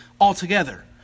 altogether